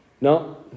No